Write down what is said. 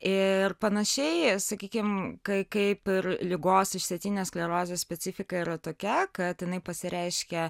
ir panašiai sakykim kai kaip ir ligos išsėtinės sklerozės specifika yra tokia kad jinai pasireiškia